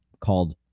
called